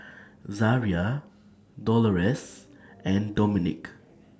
Zaria Dolores and Dominick